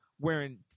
wearing